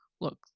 look